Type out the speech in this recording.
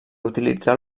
utilitzar